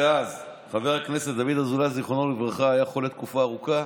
חבר הכנסת דוד אזולאי ז"ל היה חולה תקופה ארוכה.